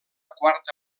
quarta